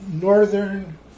northern